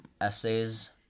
essays